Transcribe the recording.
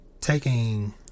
taking